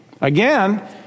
Again